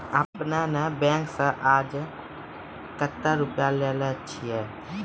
आपने ने बैंक से आजे कतो रुपिया लेने छियि?